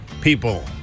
people